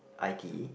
i_t_e